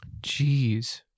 Jeez